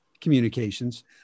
communications